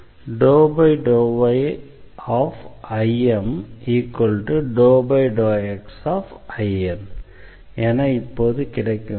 IM∂yIN∂x என இப்போது கிடைக்க வேண்டும்